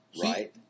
Right